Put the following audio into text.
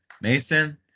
Mason